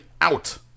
out